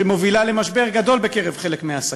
שמובילה למשבר גדול בקרב חלק מהעסקים.